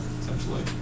essentially